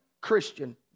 Christian